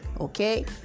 Okay